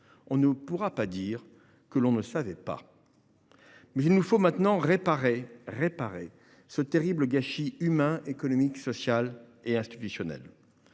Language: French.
l’on ne pourra pas dire que l’on ne savait pas. Il nous faut maintenant réparer ce terrible gâchis humain, économique, social et institutionnel.